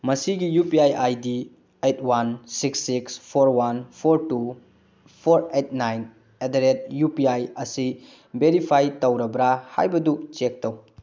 ꯃꯁꯤꯒꯤ U P I I D eight one six six four one four two four eight nine at the rate U P I ꯑꯁꯤ verify ꯇꯧꯔꯕ꯭ꯔꯥ ꯍꯥꯏꯕꯗꯨ check ꯇꯧ